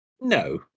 No